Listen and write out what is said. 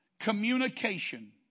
Communication